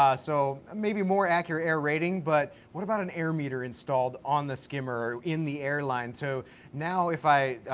ah so maybe more accurate air rating, but what about an air meter installed on the skimmer or in the airline, so now if i,